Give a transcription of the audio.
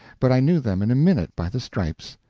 but i knew them in a minute by the stripes.